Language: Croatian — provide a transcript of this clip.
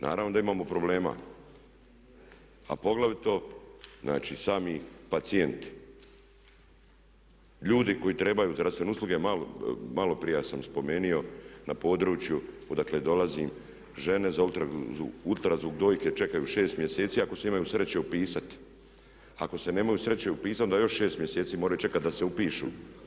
Naravno da imamo problema a poglavito znači sami pacijenti, ljudi koji trebaju zdravstvene usluge, malo prije sam spomenuo na području odakle dolazim žene za ultrazvuk dojke čekaju 6 mjeseci ako se imaju sreće upisati, ako se nemaju sreće upisati onda još 6 mjeseci moraju čekati da se upišu.